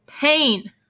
pain